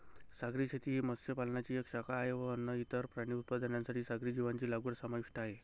सागरी शेती ही मत्स्य पालनाची एक शाखा आहे व अन्न, इतर प्राणी उत्पादनांसाठी सागरी जीवांची लागवड समाविष्ट आहे